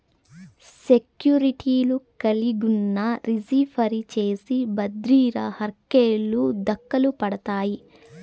సెక్యూర్టీలు కలిగున్నా, రిజీ ఫరీ చేసి బద్రిర హర్కెలు దకలుపడతాయి